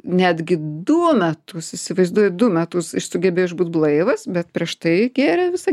netgi du metus įsivaizduoji du metus jis sugebėjo išbūt blaivas bet prieš tai gėrė visą